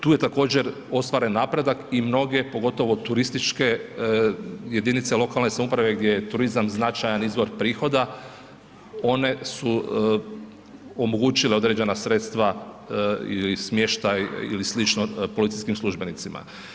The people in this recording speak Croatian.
Tu je također ostvaren napredak i mnoge pogotovo turističke jedinice lokalne samouprave gdje je turizam značajan izvor prihoda one su omogućile određena sredstva ili smještaj ili slično policijskim službenicima.